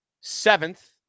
seventh